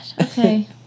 okay